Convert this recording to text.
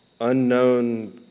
unknown